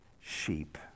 sheep